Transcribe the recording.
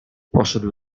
poszedł